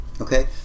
Okay